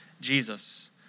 Jesus